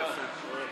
הכנסת יואב